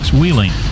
Wheeling